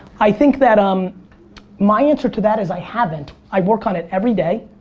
i think that um my answer to that is i haven't. i work on it every day.